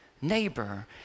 neighbor